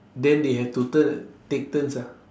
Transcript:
then they have to tur~ take turns ah